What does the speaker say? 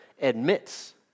admits